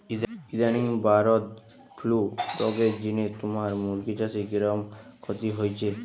ইদানিং bird flu রগের জিনে তুমার মুরগি চাষে কিরকম ক্ষতি হইচে?